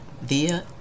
via